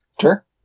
Sure